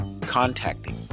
Contacting